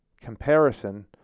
comparison